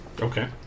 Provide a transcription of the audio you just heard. Okay